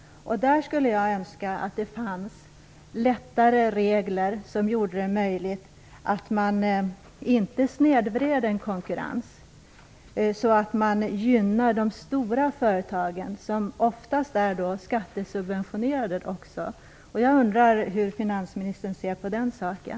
Jag skulle önska att det fanns enklare regler som gjorde att konkurrensen inte snedvreds så att de stora företagen, som oftast är skattesubventionerade, gynnas. Jag undrar hur finansministern ser på den saken.